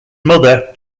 mother